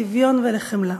לשוויון ולחמלה.